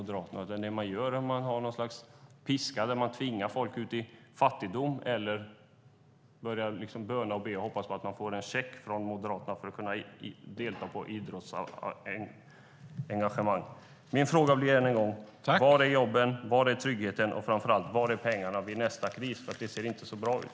Det man gör är att ha något slags piska som tvingar ut folk i fattigdom där de får böna och be om att få en check från Moderaterna för att kunna engagera sig i idrott. Min fråga blir ännu en gång: Var är jobben, var är tryggheten och - framför allt - var är pengarna vid nästa kris? Det ser inte så bra ut.